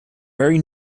very